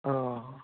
ओ